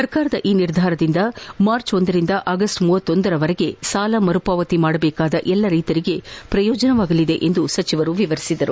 ಸರ್ಕಾರದ ಈ ನಿರ್ಧಾರದಿಂದ ಮಾರ್ಚ್ ಒಂದರಿಂದ ಆಗಸ್ಟ್ ತಾರವರೆಗೆ ಸಾಲ ಮರುಪಾವತಿ ಮಾಡಬೇಕಾದ ಎಲ್ಲಾ ರೈತರಿಗೆ ಅನುಕೂಲವಾಗಲಿದೆ ಎಂದು ಸಚಿವರು ವಿವರಿಸಿದರು